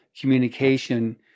communication